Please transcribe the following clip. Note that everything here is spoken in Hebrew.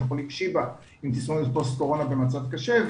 החולים שיבא עם תסמונת פוסט קורונה במצב קשה,